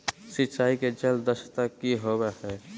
सिंचाई के जल दक्षता कि होवय हैय?